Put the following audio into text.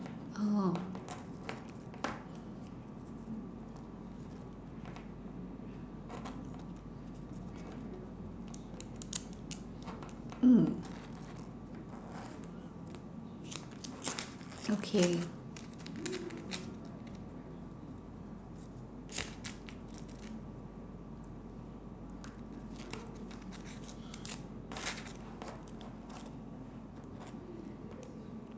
oh mm okay